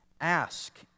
Ask